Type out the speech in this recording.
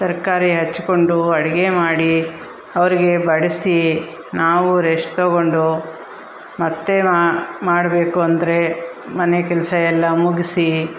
ತರಕಾರಿ ಹೆಚ್ಕೊಂಡು ಅಡಿಗೆ ಮಾಡಿ ಅವರಿಗೆ ಬಡಿಸಿ ನಾವು ರೆಸ್ಟ್ ತಗೊಂಡು ಮತ್ತೆ ಮಾಡಬೇಕು ಅಂದರೆ ಮನೆ ಕೆಲಸ ಎಲ್ಲ ಮುಗಿಸಿ